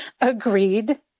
Agreed